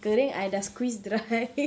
I kering I dah squeeze dry